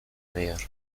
meyer